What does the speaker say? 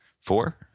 four